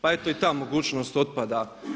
Pa eto i ta mogućnost otpada.